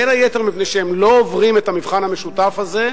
בין היתר מפני שהם לא עוברים את המבחן המשותף הזה,